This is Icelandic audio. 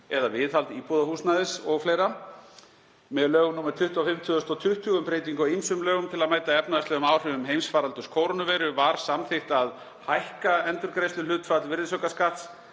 eða viðhald íbúðarhúsnæðis o.fl. Með lögum nr. 25/2020, um breytingu á ýmsum lögum til að mæta efnahagslegum áhrifum heimsfaraldurs kórónuveiru, var samþykkt að hækka endurgreiðsluhlutfall virðisaukaskatts